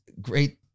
great